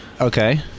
Okay